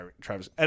Travis